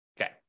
Okay